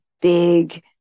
big